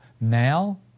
Now